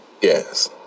Yes